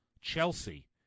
Chelsea